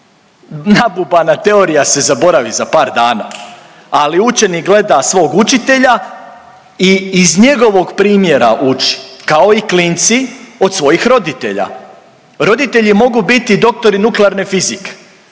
Nabubana teorija se zaboravi za par dana ali učenik gleda svog učitelja i iz njegovog primjera uči kao i klinci od svojih roditelja. Roditelji mogu biti doktori nuklearne fizike,